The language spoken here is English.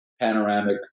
panoramic